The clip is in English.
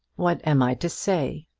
what am i to say?